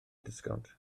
disgownt